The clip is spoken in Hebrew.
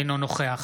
אינו נוכח